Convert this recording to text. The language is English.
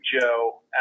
Joe